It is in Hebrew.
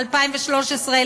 ב-2013,